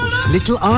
Little